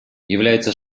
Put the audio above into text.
является